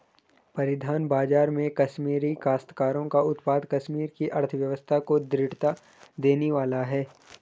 परिधान बाजार में कश्मीरी काश्तकारों का उत्पाद कश्मीर की अर्थव्यवस्था को दृढ़ता देने वाला है